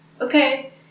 okay